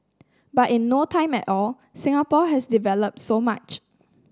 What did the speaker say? but in no time at all Singapore has developed so much